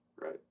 Right